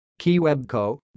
KeyWebCo